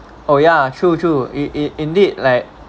oh ya true true in in indeed like